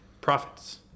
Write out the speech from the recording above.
profits